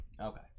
Okay